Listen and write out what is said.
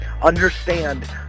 Understand